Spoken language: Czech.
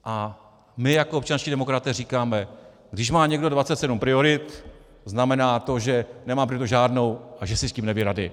A my jako občanští demokraté říkáme: když má někdo 27 priorit, znamená to, že nemá prioritu žádnou a že si s tím neví rady.